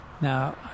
Now